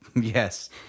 Yes